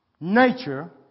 nature